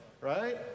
right